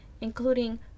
including